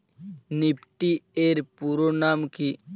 Nifty এর পুরোনাম কী?